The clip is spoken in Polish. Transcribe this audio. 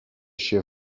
się